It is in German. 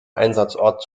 einsatzort